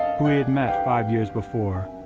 who he had met five years before.